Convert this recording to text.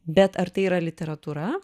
bet ar tai yra literatūra